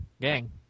gang